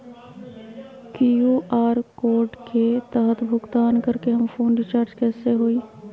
QR code के तहद भुगतान करके हम फोन रिचार्ज कैसे होई?